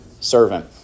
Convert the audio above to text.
servant